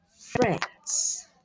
Friends